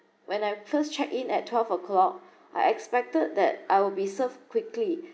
when I first check in at twelve o'clock I expected that I will be served quickly